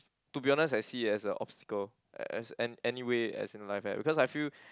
to be honest I see it as a obstacle as an~ anyway as in life at because I feel